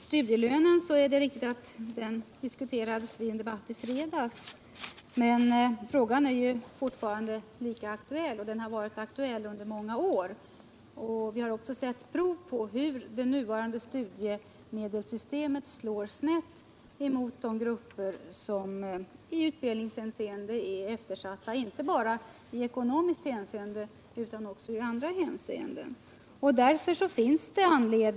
Herr talman! Det är riktigt att studielönen debatterades i kammaren i fredags, men frågan är ju fortfarande lika aktuell, och den har varit det under många år. Vi har också sett prov på hur snett det nuvarande studiemedelssystemet slår mot de grupper som i utbildningshänseende —- alltså inte bara i ekonomiskt hänseende, utan även i andra avseenden — är eftersatta.